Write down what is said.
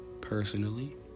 Personally